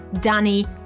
Danny